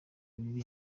ibiri